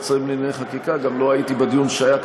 שרים לענייני חקיקה גם לא הייתי בדיון שהיה,